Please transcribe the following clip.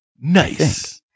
Nice